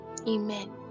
Amen